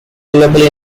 available